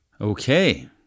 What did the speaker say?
Okay